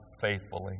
faithfully